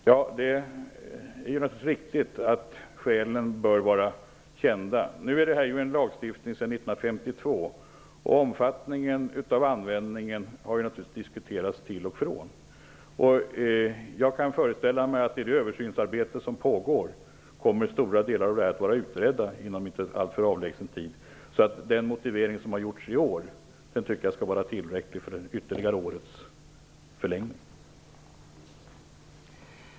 Fru talman! Det är riktigt att skälen bör vara kända. Detta är en lagstiftning sedan 1952. Omfattningen av användningen har naturligtvis diskuterats till och från. Jag kan föreställa mig att stora delar av detta kommer att vara utrett inom en inte alltför avlägsen tid i det översynsarbete som nu pågår. Jag tycker att den motivering som gjorts i år skall vara tillräcklig för ytterligare ett års förlängning.